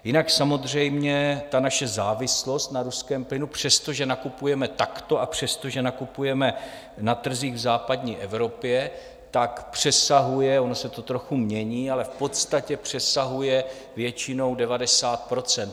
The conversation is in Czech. Jinak samozřejmě naše závislost na ruském plynu, přestože nakupujeme takto a přestože nakupujeme na trzích v západní Evropě, přesahuje ono se to trochu mění, ale v podstatě přesahuje většinou 90 %.